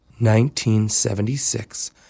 1976